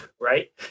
right